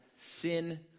sin